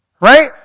Right